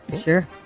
Sure